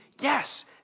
yes